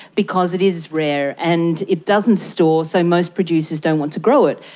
because it is rare and it doesn't store, so most producers don't want to grow it.